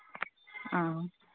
ᱚᱻ